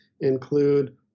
include